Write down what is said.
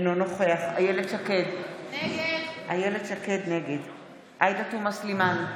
אינו נוכח איילת שקד, נגד עאידה תומא סלימאן,